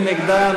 מי נגדה?